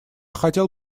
хотел